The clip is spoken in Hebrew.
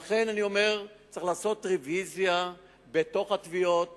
לכן אני אומר שצריך לעשות רוויזיה בתוך התביעות